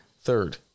Third